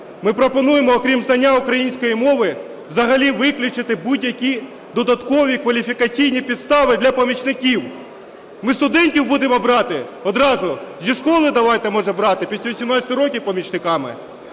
Ми пропонуємо, окрім знання української мови, взагалі виключити будь-які додаткові кваліфікаційні підстави для помічників. Ми студентів будемо брати? Одразу зі школи давайте, може, брати, після 18 років, помічниками?